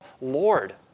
Lord